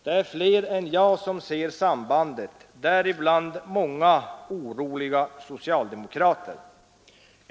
Det är fler än jag som ser sambandet, däribland många oroliga socialdemokrater.